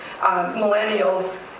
millennials